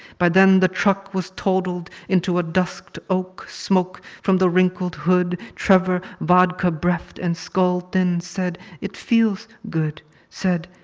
by then the truck was totaled into a dusked oak, smoke from the wrinkled hood. trevor, vodka-breathed and skull-thin, said, it feels good said,